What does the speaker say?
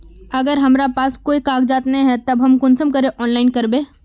अगर हमरा पास कोई कागजात नय है तब हम कुंसम ऑनलाइन करबे?